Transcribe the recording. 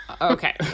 Okay